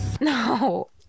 no